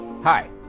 Hi